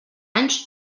anys